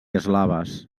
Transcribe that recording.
eslaves